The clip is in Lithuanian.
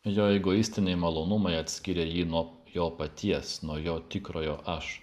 jo egoistiniai malonumai atskiria jį nuo jo paties nuo jo tikrojo aš